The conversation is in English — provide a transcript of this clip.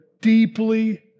deeply